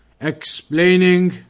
explaining